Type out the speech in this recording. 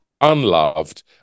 unloved